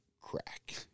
crack